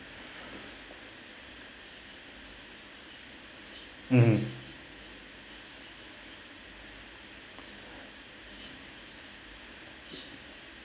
um